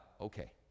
okay